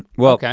well okay.